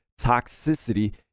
toxicity